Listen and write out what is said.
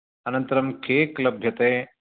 अनन्तरं केक् लभ्यते